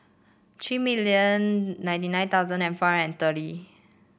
three million ninety nine thousand and four hundred and thirty